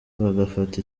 bagafata